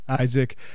Isaac